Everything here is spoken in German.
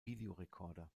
videorekorder